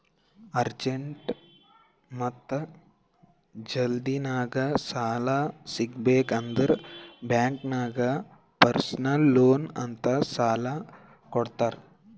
urgent ಮತ್ತ ಜಲ್ದಿನಾಗ್ ಸಾಲ ಸಿಗಬೇಕ್ ಅಂದುರ್ ಬ್ಯಾಂಕ್ ನಾಗ್ ಪರ್ಸನಲ್ ಲೋನ್ ಅಂತ್ ಸಾಲಾ ಕೊಡ್ತಾರ್